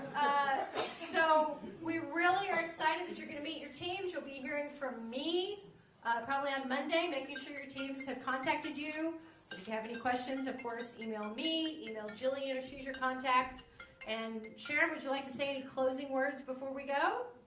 so we really are excited that you're gonna meet your team's you'll be hearing from me probably on monday making sure your teams have contacted you if you have any questions at porter's email me you know chilling your and shoes your contact and sheriff would you like to say any closing words before we go